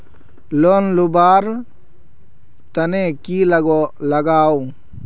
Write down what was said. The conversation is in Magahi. लोन लुवा र तने की लगाव?